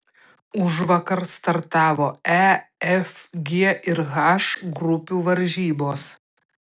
užvakar startavo e f g ir h grupių varžybos